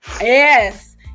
yes